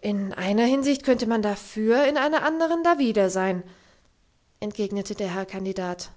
in einer hinsicht könnte man dafür in einer anderen dawider sein entgegnete der herr kandidat